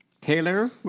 taylor